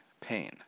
pain